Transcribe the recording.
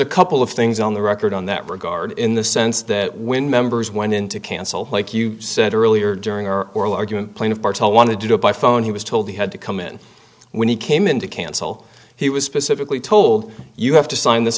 a couple of things on the record on that regard in the sense that when members went in to cancel like you said earlier during our oral argument plaintiff cartel wanted to do it by phone he was told he had to come in when he came in to cancel he was specifically told you have to sign this